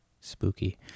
Spooky